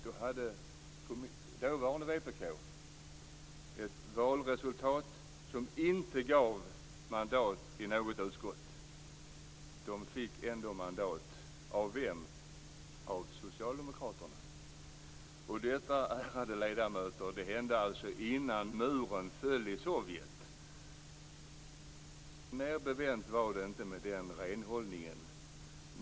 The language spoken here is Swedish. Då hade dåvarande vpk ett valresultat som inte gav mandat i något utskott. De fick ändå mandat. Av vilka? Av Socialdemokraterna. Detta hände alltså innan muren föll i Sovjet. Mer bevänt än så var det inte med den renhållningen.